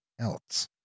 else